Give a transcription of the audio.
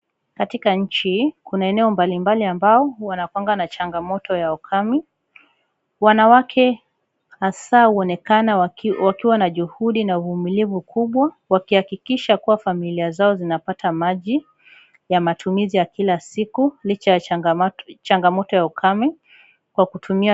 Katika nchi kuna eneo mbali mbali ambao wanakuwa na changamoto ya ukame, wanawake hasaa huonekana wakiwa na juhudi na uvumilivu kubwa, wakihakikisha familia zao zinapata maji ya matumizi ya kila siku licha ya changamoto ya ukame.